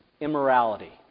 immorality